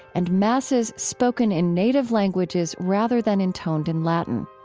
and masses spoken in native languages rather than intoned in latin